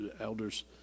elders